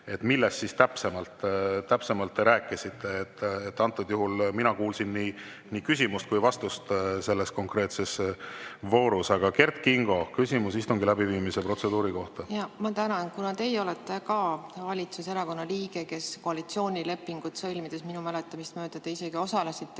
millest te siis täpsemalt rääkisite. Antud juhul kuulsin mina nii küsimust kui ka vastust selles konkreetses voorus. Kert Kingo, küsimus istungi läbiviimise protseduuri kohta. Ma tänan! Kuna teie olete ka valitsuserakonna liige, kes koalitsioonilepingut sõlmides, minu mäletamist mööda te isegi osalesite